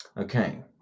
Okay